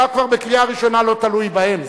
אתה כבר בקריאה ראשונה לא תלוי בהם,